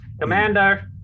Commander